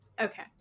okay